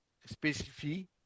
spécifie